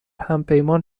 همپیمان